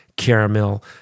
caramel